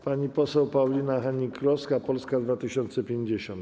Pani poseł Paulina Hennig-Kloska, Polska 2050.